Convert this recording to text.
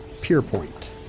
Pierpoint